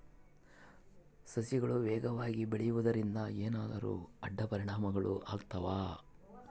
ಸಸಿಗಳು ವೇಗವಾಗಿ ಬೆಳೆಯುವದರಿಂದ ಏನಾದರೂ ಅಡ್ಡ ಪರಿಣಾಮಗಳು ಆಗ್ತವಾ?